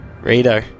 Rito